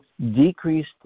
decreased